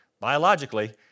biologically